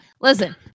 listen